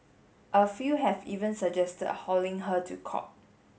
a few have even suggested hauling her to court